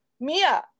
mia